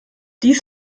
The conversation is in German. dies